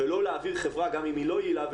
ולא להעביר חברה גם אם היא לא יעילה,